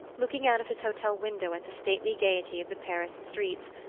looking out of his hotel window at the stately gaiety of the paris streets,